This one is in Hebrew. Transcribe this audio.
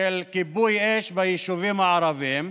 של כיבוי אש בישובים הערביים.